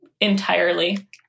entirely